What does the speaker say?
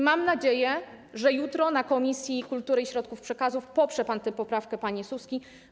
Mam nadzieję, że jutro na posiedzeniu Komisji Kultury i Środków Przekazu poprze pan tę poprawkę, panie Suski.